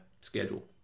schedule